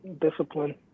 discipline